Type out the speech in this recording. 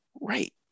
Right